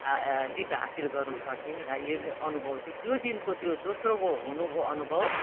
जित हासील गर्नु सकेँ र यो अनुभव चाहिँ त्यो दिनको त्यो दोस्रोको हुनुको अनुभव